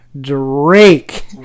Drake